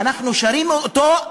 מתי אנחנו שרים אותו?